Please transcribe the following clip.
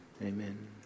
Amen